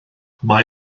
mae